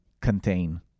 contain